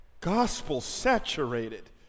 Gospel-saturated